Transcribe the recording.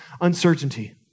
uncertainty